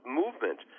movement